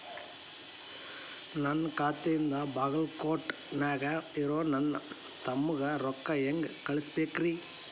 ನನ್ನ ಖಾತೆಯಿಂದ ಬಾಗಲ್ಕೋಟ್ ನ್ಯಾಗ್ ಇರೋ ನನ್ನ ತಮ್ಮಗ ರೊಕ್ಕ ಹೆಂಗ್ ಕಳಸಬೇಕ್ರಿ?